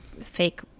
fake